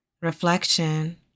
Reflection